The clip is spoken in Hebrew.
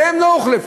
והם לא הוחלפו,